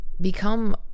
become